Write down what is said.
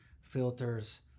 filters